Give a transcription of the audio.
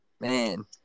Man